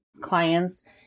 clients